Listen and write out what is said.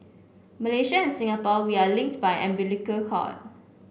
Malaysia and Singapore we are linked by umbilical cord